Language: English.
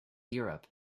europe